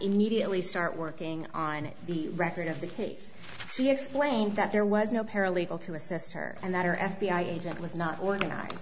immediately start working on the record of the case she explained that there was no paralegal to assist her and that her f b i agent was not organized